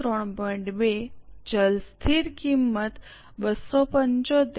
2 ચલ સ્થિર કિંમત 275